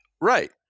Right